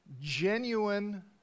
Genuine